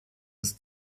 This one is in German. des